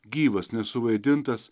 gyvas nesuvaidintas